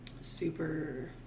super